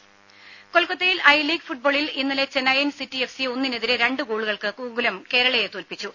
രുമ കൊൽക്കത്തയിൽ I league ഫുട്ബോളിൽ ഇന്നലെ ചെന്നൈയിൻ സിറ്റി എഫ് സി ഒന്നിനെതിരെ രണ്ട് ഗോളുകൾക്ക് ഗോകുലം കേരളയെ തോൽപിച്ചു